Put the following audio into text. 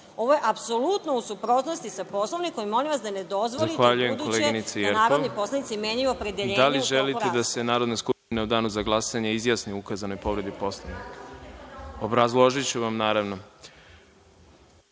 Ovo je apsolutno u suprotnosti sa Poslovnikom i molim vas da ne dozvolite ubuduće da narodni poslanici menjaju opredeljenje u toku